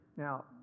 Now